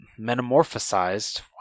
metamorphosized